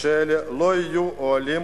שאלה יהיו אוהלים